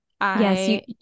Yes